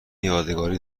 یادگاری